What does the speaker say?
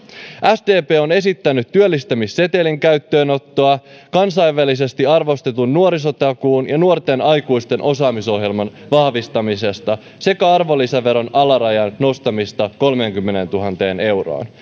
sdp on esittänyt työllistämissetelin käyttöönottoa kansainvälisesti arvostetun nuorisotakuun ja nuorten aikuisten osaamisohjelman vahvistamista sekä arvonlisäveron alarajan nostamista kolmeenkymmeneentuhanteen euroon